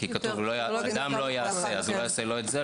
כתוב "לא יעשה" אז הוא לא יעשה לא את זה,